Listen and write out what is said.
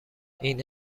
این